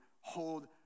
hold